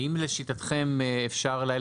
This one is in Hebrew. האם לשיטתכם אפשר אולי